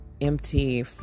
empty